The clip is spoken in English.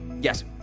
Yes